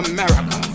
America